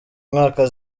mwaka